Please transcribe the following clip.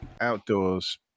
outdoors